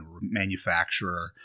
manufacturer